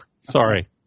sorry